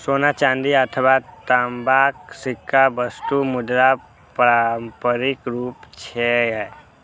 सोना, चांदी अथवा तांबाक सिक्का वस्तु मुद्राक पारंपरिक रूप छियै